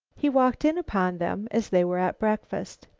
he walked in upon them as they were at breakfast.